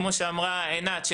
כמו אמרה עינת,